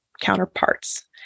counterparts